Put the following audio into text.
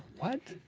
what?